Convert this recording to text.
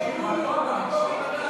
הצבעתי בטעות במקום זבולון.